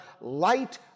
light